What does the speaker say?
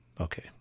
Okay